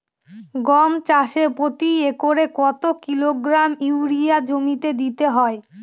গম চাষে প্রতি একরে কত কিলোগ্রাম ইউরিয়া জমিতে দিতে হয়?